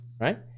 right